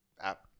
app